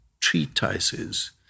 treatises